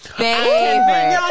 favorite